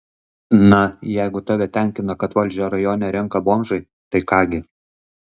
na jeigu tave tenkina kad valdžią rajone renka bomžai tai ką gi